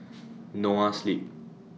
Noa Sleep